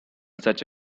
such